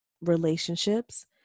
relationships